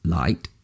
light